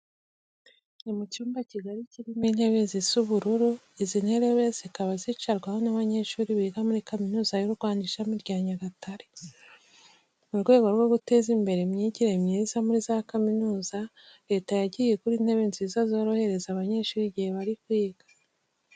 Ni mu cyumba kigari kirimo intebe zisa ubururu, izi ntebe zikaba zicarwaho n'abanyeshuri biga muri Kaminuza y'u Rwanda ishami rya Nyagatare. Mu rwego rwo guteza imbere imyigire myiza muri za kaminuza, Leta yagiye igura intebe nziza zorohereza abanyeshuri igihe bari kwiga.